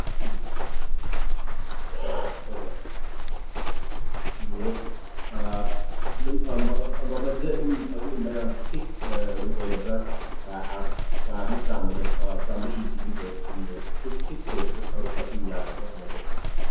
ꯎꯝ ꯍꯣꯏ ꯍꯣꯏ ꯎꯝ ꯑꯗꯣ ꯃꯃꯜꯁꯦ ꯑꯗꯨꯒ ꯑꯗꯨꯒ ꯃꯌꯥꯝ ꯐꯤꯛꯁ ꯑꯗꯨꯝ ꯑꯣꯏꯔꯕ꯭ꯔ ꯀꯥꯔ ꯑꯃ ꯆꯥꯝꯕꯗ ꯂꯨꯄꯥ ꯆꯃꯔꯤꯁꯤ ꯑꯗꯨꯝ ꯐꯤꯛꯁ ꯑꯣꯏꯔꯤꯕ꯭ꯔ ꯇꯥꯊꯣꯛ ꯇꯥꯁꯤꯟ ꯌꯥꯗꯕ꯭ꯔ ꯀꯃꯥꯏ ꯇꯧꯒꯦ